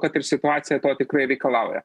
kad ir situacija to tikrai reikalauja